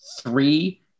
three